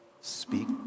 Speak